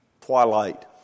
twilight